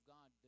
God